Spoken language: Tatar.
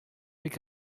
бик